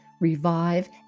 revive